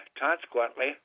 consequently